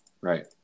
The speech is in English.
Right